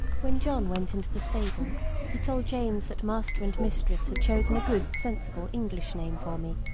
when john went into the stable he told james that master and mistress had chosen a good, sensible english name for me,